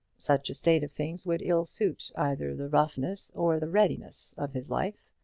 such a state of things would ill suit either the roughness or the readiness of his life.